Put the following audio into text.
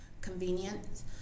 convenient